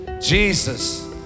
Jesus